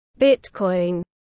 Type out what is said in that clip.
Bitcoin